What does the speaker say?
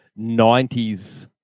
90s